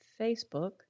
Facebook